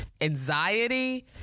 anxiety